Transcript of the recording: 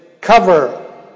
cover